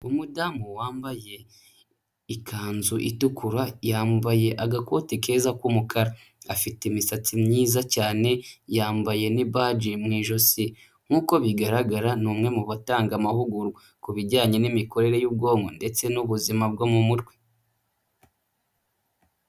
Umudamu wambaye ikanzu itukura yambaye agakoti keza k'umukara, afite imisatsi myiza cyane yambaye n'ibaji mu ijosi nk'uko bigaragara ni umwe mu batanga amahugurwa ku bijyanye n'imikorere y'ubwonko ndetse n'ubuzima bwo mu mutwe.